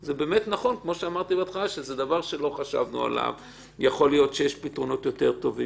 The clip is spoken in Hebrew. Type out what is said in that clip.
זה נכון שכאשר יש איזשהו מקרה מאוד חריג ולא הספיקו והיה מקרה חמור,